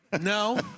No